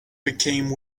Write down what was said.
became